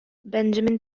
benjamin